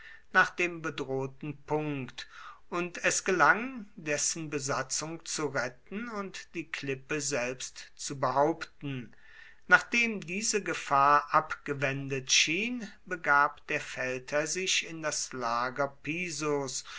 nach dem bedrohten punkt und es gelang dessen besatzung zu retten und die klippe selbst zu behaupten nachdem diese gefahr abgewendet schien begab der feldherr sich in das lager pisos